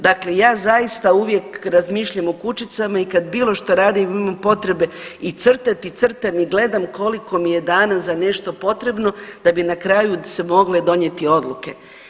Dakle, ja zaista uvijek razmišljam o kućicama i kad bilo što radim imam potrebe i crtati i crtam i gledam koliko mi je dana za nešto potrebno da bi na kraju se mogle donijeti odluke.